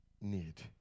need